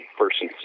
person